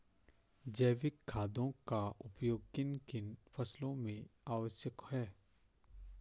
जैविक खादों का उपयोग किन किन फसलों में आवश्यक है?